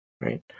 right